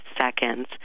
seconds